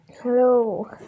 hello